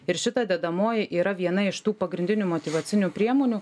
ir šita dedamoji yra viena iš tų pagrindinių motyvacinių priemonių